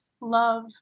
love